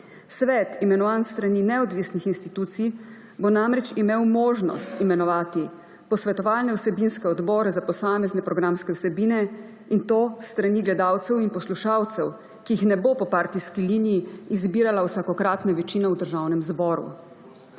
Svet, imenovan s strani neodvisnih institucij, bo namreč imel možnost imenovati posvetovalne vsebinske odbore za posamezne programske vsebine, in to s strani gledalcev in poslušalcev, ki jih ne bo po partijski liniji izbirala vsakokratna večina v Državnem zboru.